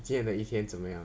今天的一天怎么样